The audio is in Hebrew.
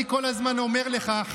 ואני כל הזמן אומר לך,